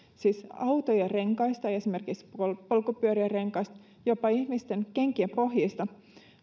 siis esimerkiksi autojen renkaista ja polkupyörien renkaista jopa ihmisten kenkien pohjista